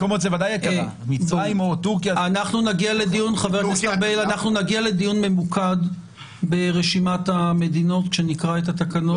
אנחנו נגיע לדיון ממוקד ברשימת המדינות כשנקרא את התקנות.